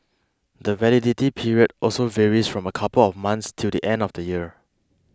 the validity period also varies from a couple of months till the end of the year